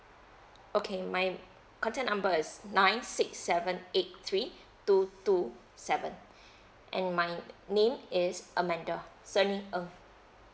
okay my contact number is nine six seven eight three two two seven and my name is amanda sunny ng